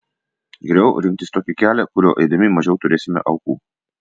geriau rinktis tokį kelią kuriuo eidami mažiau turėsime aukų